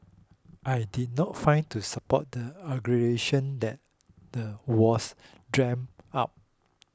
I did not find to support the allegation that the was dreamt up